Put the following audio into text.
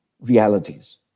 realities